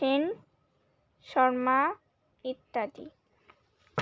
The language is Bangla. সেনশর্মা ইত্যাদি